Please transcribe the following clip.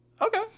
Okay